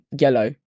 yellow